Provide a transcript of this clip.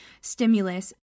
stimulus